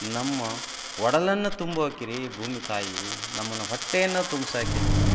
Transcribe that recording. ನಮ್ಮ ಒಡಲನ್ನು ತುಂಬೋ ಆಕೆ ರೀ ಭೂಮಿತಾಯಿ ನಮ್ಮನ್ನು ಹೊಟ್ಟೆಯನ್ನು ತುಂಬ್ಸಾಕಿ ಆಕೆ